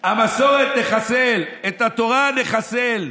את המסורת נחסל, את התורה נחסל,